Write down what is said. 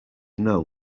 know